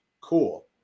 Cool